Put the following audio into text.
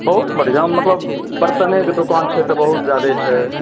बहुत बढ़िआँ मतलब बर्तनेके दोकान छै तऽ बहुत जादे छै